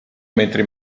mentre